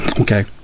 Okay